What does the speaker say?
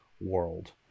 world